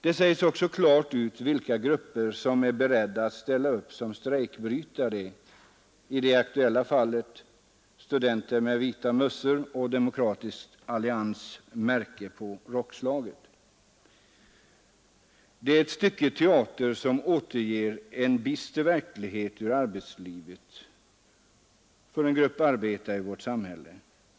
Det sägs också klart ut vilka grupper som är beredda att ställa upp som strejkbrytare; i det aktuella fallet studenter med vita mössor och Demokratisk allians” märke på rockslaget. Det är ett stycke teater som återger en bister verklighet ur arbetslivet för en grupp arbetare i vårt samhälle.